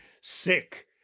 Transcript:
sick